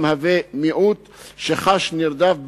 המהווה מיעוט שחש נרדף,